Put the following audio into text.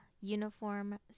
uniform